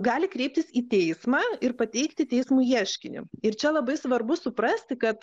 gali kreiptis į teismą ir pateikti teismui ieškinį ir čia labai svarbu suprasti kad